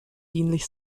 dienlich